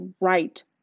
right